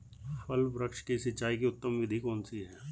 फल वृक्ष की सिंचाई की उत्तम विधि कौन सी है?